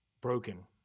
broken